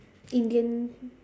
indian